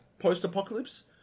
post-apocalypse